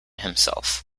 himself